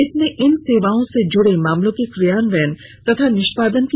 इसमे इन सेवाओं से जुड़े मामलों के क्रियान्वयन तथा निष्पादन की